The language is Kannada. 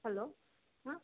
ಹಲೋ ಹಾಂ